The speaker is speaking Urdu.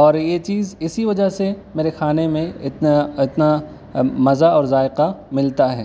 اور یہ چیز اسی وجہ سے میرے کھانے میں اتنا اتنا مزہ اور ذائقہ ملتا ہے